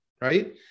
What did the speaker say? Right